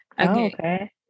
okay